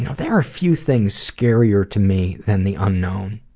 you know there are few things scarier to me than the unknown,